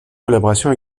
collaboration